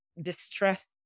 distressed